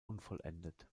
unvollendet